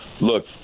look